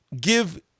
give